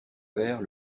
père